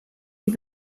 die